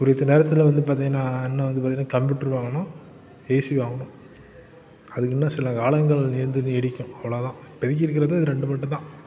குறித்த நேரத்தில் வந்து பார்த்தீங்கன்னா இன்னும் வந்து பார்த்தீங்கன்னா கம்ப்யூட்ரு வாங்கணும் ஏசி வாங்கணும் அது இன்னும் சில காலங்கள் வந்து நீடிக்கும் அவ்வளோதான் இப்போதிக்கு இருக்கிறது இது ரெண்டு மட்டும்தான்